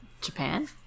Japan